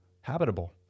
habitable